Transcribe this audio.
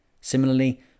Similarly